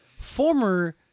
former